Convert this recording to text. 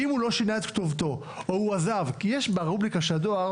אם הוא לא שינה את כתובתו או הוא עזב ברובריקה של הדואר